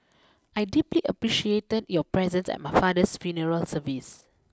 I deeply appreciated your presence at my father's funeral service